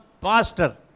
Pastor